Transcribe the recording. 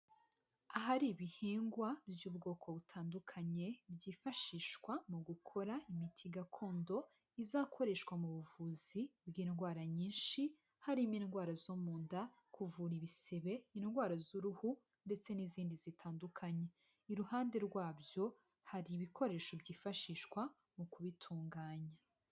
Ahari ibihingwa by'ubwoko butandukanye byifashishwa mu gukora imiti gakondo izakoreshwa mu buvuzi bw'indwara nyinshi, harimo indwara zo mu nda, kuvura ibisebe, indwara z'uruhu ndetse n'izindi zitandukanye. Iruhande rwabyo hari ibikoresho byifashishwa mu kubitunganya.